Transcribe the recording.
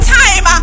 time